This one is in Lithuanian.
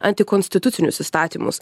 antikonstitucinius įstatymus